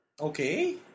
okay